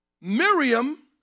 Miriam